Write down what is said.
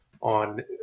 on